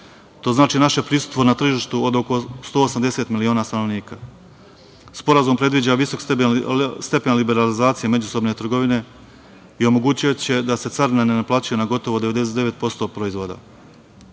To znači naše prisustvo na tržištu od oko 180 miliona stanovnika. Sporazum predviđa visok stepen liberalizacije međusobne trgovine i omogućiće da se carine ne naplaćuju na gotovo 99% proizvoda.